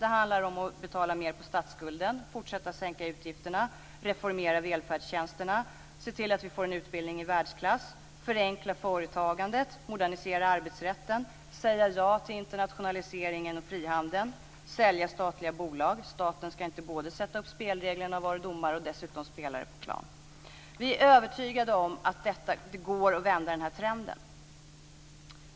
Det handlar om att betala av mer på statsskulden, om att fortsätta att sänka utgifterna, om att reformera välfärdstjänsterna, om att se till att vi får en utbildning i världsklass, om att förenkla företagandet, om att modernisera arbetsrätten, om att säga ja till internationaliseringen och frihandeln och om att sälja statliga bolag - staten ska inte samtidigt vara den som sätter upp spelreglerna, domare och dessutom spelare på plan.